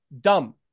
dumb